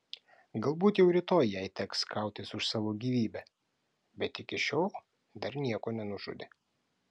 galbūt jau rytoj jai teks kautis už savo gyvybę bet iki šiol dar nieko nenužudė